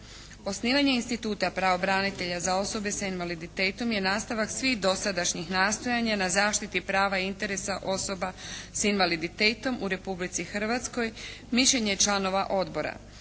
Osnivanje instituta pravobranitelja za osobe sa invaliditetom je nastavak svih dosadašnjih nastojanja na zaštiti prava i interesa osoba sa invaliditetom u Republici Hrvatskoj mišljenje je članova Odbora.